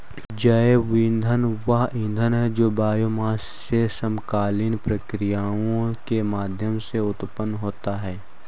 जैव ईंधन वह ईंधन है जो बायोमास से समकालीन प्रक्रियाओं के माध्यम से उत्पन्न होता है